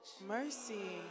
Mercy